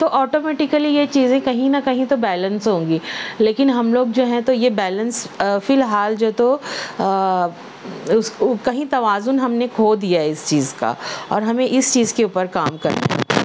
تو آٹومیٹکیلی یہ چیزیں کہیں نہ کہیں تو بیلنس ہوں گی لیکن ہم لوگ جو ہیں تو یہ بیلنس فی الحال جو ہے تو اس کہیں توازن ہم نے کھو دیا ہے اس چیز کا اور ہمیں اس چیز کے اوپر کام کرنا ہے